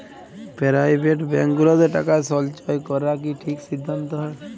private bank গুলাতে টাকা সল্চয় ক্যরা কি ঠিক সিদ্ধাল্ত হ্যয়